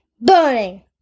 Burning